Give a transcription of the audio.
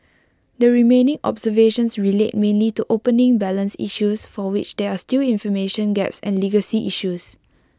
the remaining observations relate mainly to opening balance issues for which there are still information gaps and legacy issues